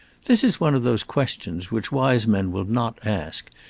this is one of those questions which wise men will not ask,